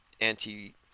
anti-